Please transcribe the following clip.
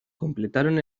completaron